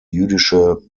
jüdische